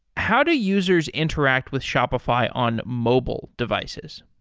how do users interact with shopify on mobile devices?